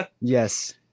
yes